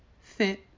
fit